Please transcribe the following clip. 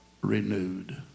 renewed